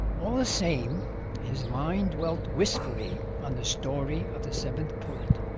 all the same his mind dwelt wistfully on the story of the seventh pullet.